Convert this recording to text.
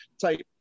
type